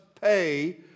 pay